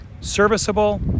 serviceable